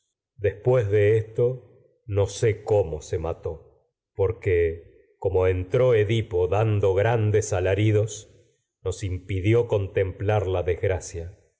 después entró edipo de sé cómo se mató nos porque como dando grandes nos alaridos impidió contemplar la desgracia